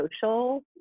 social